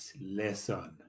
lesson